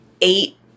eight